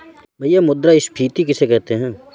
भैया मुद्रा स्फ़ीति किसे कहते हैं?